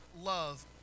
love